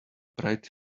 bright